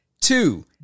Two